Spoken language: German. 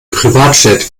privatjet